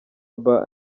bar